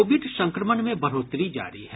Covid संक्रमण में बढोतरी जारी है